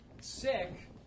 sick